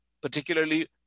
particularly